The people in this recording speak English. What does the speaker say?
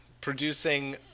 producing